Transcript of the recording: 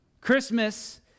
Christmas